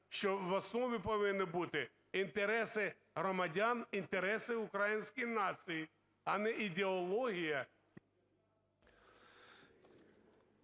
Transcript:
що в основі повинні бути інтереси громадян, інтереси української нації, а не ідеологія…